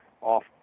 off